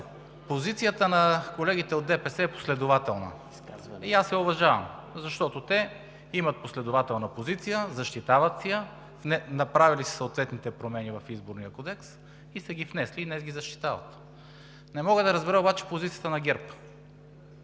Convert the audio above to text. Позицията на колегите от ДПС е последователна и аз я уважавам, защото те имат последователна позиция, защитават си я, направили са съответните промени в Изборния кодекс, внесли са ги и днес ги защитават. Не мога обаче да разбера позицията на ГЕРБ.